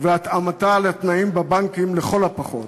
והתאמתה לתנאים בבנקים לכל הפחות.